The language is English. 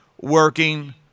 working